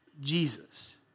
Jesus